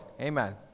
Amen